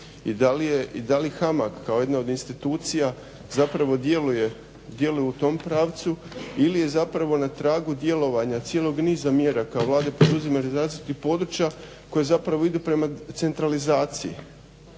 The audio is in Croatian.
i da li HAMAG kao jedna od institucija zapravo djeluje u tom pravcu ili je zapravo na tragu djelovanja cijelog niza mjera kao … područja koji zapravo idu prema centralizaciji.